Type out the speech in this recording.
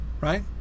right